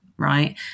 Right